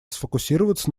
сфокусироваться